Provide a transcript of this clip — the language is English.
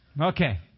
Okay